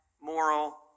moral